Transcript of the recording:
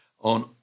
on